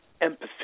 empathy